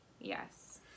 Yes